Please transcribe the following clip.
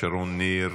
שרון ניר,